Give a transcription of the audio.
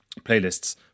playlists